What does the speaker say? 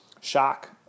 shock